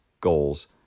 goals